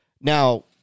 now